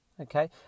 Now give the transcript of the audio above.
Okay